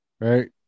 right